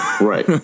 Right